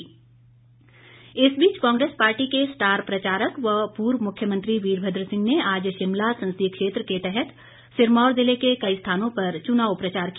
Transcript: चुनाव प्रचार वीरभद्र इस बीच कांग्रेस पार्टी के स्टार प्रचारक व पूर्व मुख्यमंत्री वीरभद्र सिंह ने आज शिमला संसदीय क्षेत्र के तहत सिरमौर जिले के कई स्थानों पर चुनाव प्रचार किया